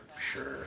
Sure